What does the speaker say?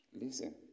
listen